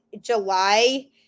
July